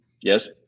yes